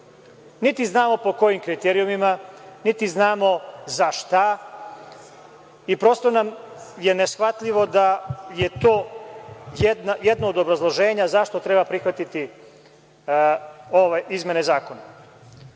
Niti znamo po kojim kriterijumima, niti znamo za šta i prosto nam je neshvatljivo da je to jedno od obrazloženja zašto treba prihvatiti ove izmene zakona. Ako